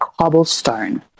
cobblestone